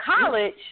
college